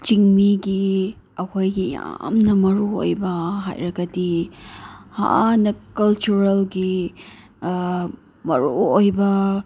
ꯆꯤꯡꯃꯤꯒꯤ ꯑꯩꯈꯣꯏꯒꯤ ꯌꯥꯝꯅ ꯃꯔꯨ ꯑꯣꯏꯕ ꯍꯥꯏꯔꯒꯗꯤ ꯍꯥꯟꯅ ꯀꯜꯆꯔꯦꯜꯒꯤ ꯃꯔꯨ ꯑꯣꯏꯕ